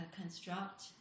construct